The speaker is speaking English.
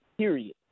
Period